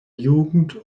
jugend